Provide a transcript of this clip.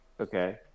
Okay